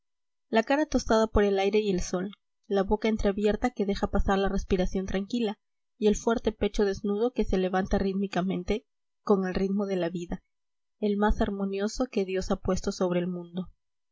la cara tostada por el aire y el sol la boca entreabierta que deja pasar la respiración tranquila y el fuerte pecho desnudo que se levanta rítmicamente con id ritmo de la vida el más armonioso que dios ha puesto sobre el mundo